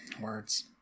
words